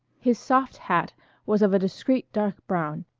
his soft hat was of a discreet dark brown,